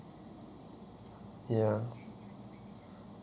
ya